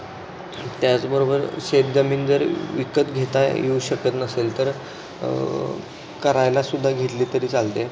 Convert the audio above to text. त्याचबरोबर शेत जमीन जर विकत घेता येऊ शकत नसेल तर करायलासुद्धा घेतली तरी चालते